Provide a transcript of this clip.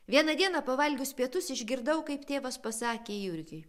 vieną dieną pavalgius pietus išgirdau kaip tėvas pasakė jurgiui